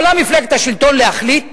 יכולה מפלגת השלטון להחליט